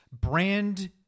brand